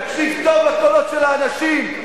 תקשיב טוב לקולות של האנשים,